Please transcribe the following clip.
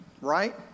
right